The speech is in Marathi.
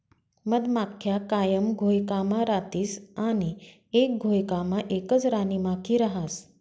मधमाख्या कायम घोयकामा रातीस आणि एक घोयकामा एकच राणीमाखी रहास